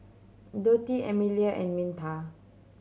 Dotty Emelia and Minta